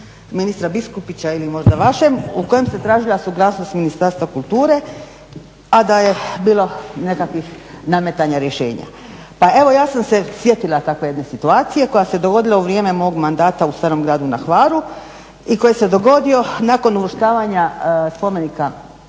ministra Biškupića ili možda vašem u kojem ste tražili suglasnost Ministarstva kulture, a da je bilo nekakvih nametanja rješenja. Pa evo ja sam se sjetila tako jedne situacije koja se dogodila u vrijeme mog mandata u Starom Gradu na Hvaru koji se dogodio nakon uvrštavanja spomenika